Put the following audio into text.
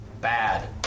Bad